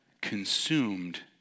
consumed